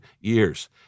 years